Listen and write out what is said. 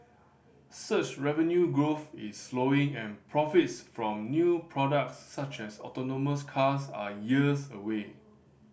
search revenue growth is slowing and profits from new products such as autonomous cars are years away